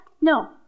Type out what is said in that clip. No